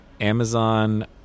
Amazon